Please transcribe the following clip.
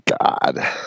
God